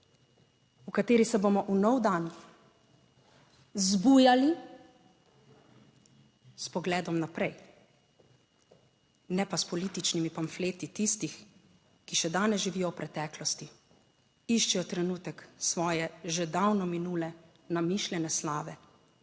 v kateri se bomo v nov dan zbujali s pogledom naprej, ne pa s političnimi pamfleti tistih, ki še danes živijo v preteklosti, iščejo trenutek svoje že davno minule namišljene slave